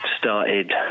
Started